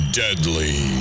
deadly